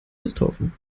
misthaufen